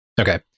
Okay